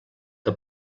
que